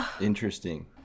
Interesting